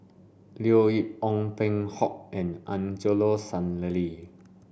Leo Yip Ong Peng Hock and Angelo Sanelli